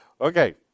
Okay